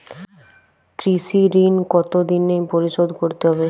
কৃষি ঋণ কতোদিনে পরিশোধ করতে হবে?